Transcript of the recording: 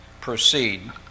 proceed